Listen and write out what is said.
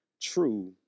true